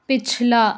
پچھلا